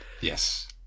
Yes